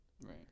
Right